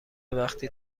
وقتی